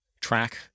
track